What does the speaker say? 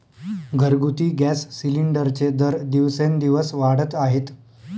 घरगुती गॅस सिलिंडरचे दर दिवसेंदिवस वाढत आहेत